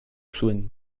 zuen